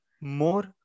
more